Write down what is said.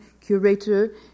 curator